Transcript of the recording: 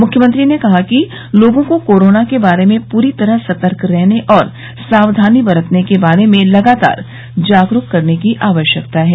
मुख्यमंत्री ने कहा कि लोगों को कोरोना के बारे में पूरी तरह सतर्क रहने और सावधानी बरतने के बारे में लगातार जागरूक करने की आवश्यकता है